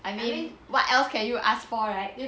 I mean what else can you ask for right